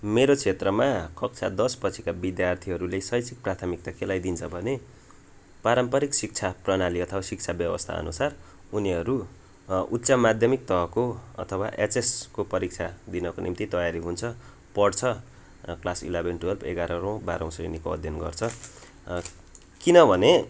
मेरो क्षेत्रमा कक्षा दस पछिका विद्यार्थीहरूले शैक्षिक प्राथमिकता केलाई दिन्छ भने पारम्परिक शिक्षा प्रणाली अथवा शिक्षा व्यवस्थाअनुसार उनीहरू उच्च माध्यमिक तहको अथवा एचएसको परीक्षा दिनको निम्ति तयारी हुन्छ पढ्छ क्लास इलेभेन टुवेल्भ एघारौँ बाह्रौँ श्रेणीको अध्ययन गर्छ किनभने